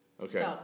Okay